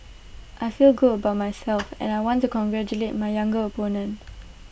I feel good about myself and I want to congratulate my younger opponent